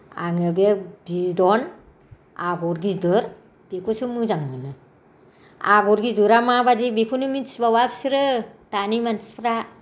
आङो बे बिदन आगर गिदिर बेखौसो मोजां मोनो आगर गिदिरा माबादि बेखौनो मिन्थिबावा बिसोरो दानि मानसिफ्रा